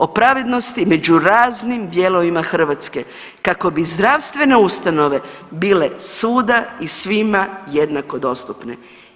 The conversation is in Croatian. O pravednosti među raznim dijelovima Hrvatske kako bi zdravstvene ustanove bili svuda i svima jednako dostupne.